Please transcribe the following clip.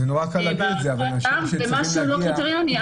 ומה שלא קריטריוני,